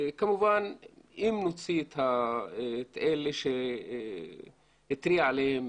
כמובן אם נוציא את אלה שהתריעו עליהם,